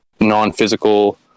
non-physical